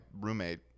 roommate